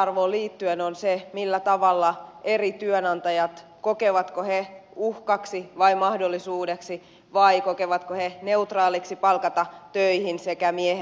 arvoon liittyen on se millä tavalla eri työnantajat kokevat kokevatko he uhkaksi vai mahdollisuudeksi vai kokevatko he neutraaliksi palkata töihin sekä miehen että naisen